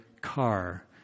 car